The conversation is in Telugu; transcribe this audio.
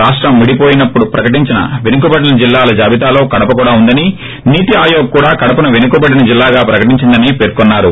రాష్టం విడివోయినప్పుడు ప్రకటించిన పెనుకబడిన జిల్లాల జాబితాలో కడప కూడా ఉందని నీతి అయోగ్ కూడా కడపను వెనుకబడిన జిల్లాగా ప్రకటించిందని పేర్కొన్నారు